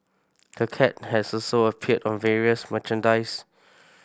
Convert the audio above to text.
the cat has also appeared on various merchandise